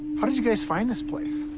how did you guys find this place?